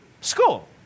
school